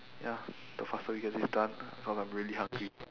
ya the faster we get this done cause I'm really hungry